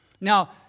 Now